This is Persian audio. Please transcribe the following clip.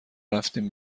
رفتیم